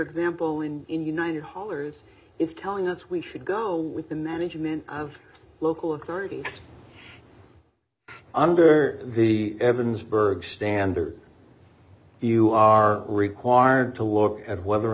example in united haulers is telling us we should go with the management of local authority under the evans berg standard you are required to look at whether or